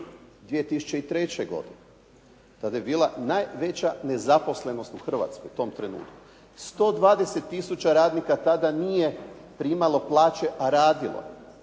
2003. godine. Tada je bila najveća nezaposlenost u Hrvatskoj u tom trenutku. 120 tisuća radnika tada nije primalo plaće, a radilo